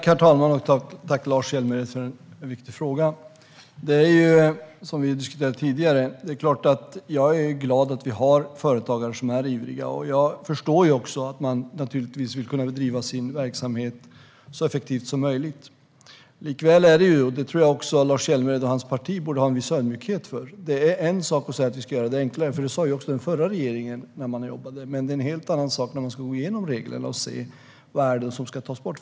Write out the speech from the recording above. Herr talman! Tack, Lars Hjälmered, för en viktig fråga! Vi har diskuterat detta tidigare. Det är klart att jag är glad över att vi har företagare som är ivriga. Jag förstår också att man naturligtvis vill kunna driva sin verksamhet så effektivt som möjligt. Men också Lars Hjälmered och hans parti borde ha en viss ödmjukhet inför att det är en sak att säga att vi ska göra det enklare - det sa också den förra regeringen - och att det är en helt annan sak när man ska gå igenom reglerna. Vad är det som ska tas bort?